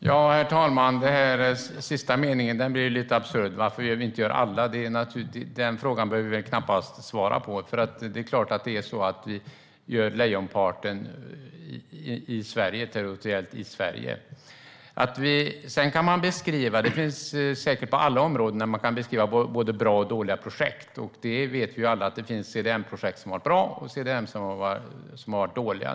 Herr talman! Den sista meningen är lite absurd. Varför vi inte gör alla utsläppsminskningar i andra länder behöver jag väl knappast svara på. Det är klart att vi gör lejonparten territoriellt i Sverige. Det finns säkert både bra och dåliga projekt inom alla områden, och vi vet alla att det finns CDM-projekt som har varit bra och CDM-projekt som har varit dåliga.